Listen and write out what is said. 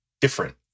different